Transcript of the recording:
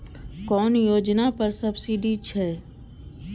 कुन योजना पर सब्सिडी छै?